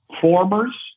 formers